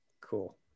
Cool